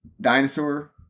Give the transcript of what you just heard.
dinosaur